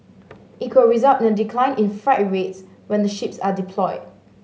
it could result in a decline in freight rates when the ships are deployed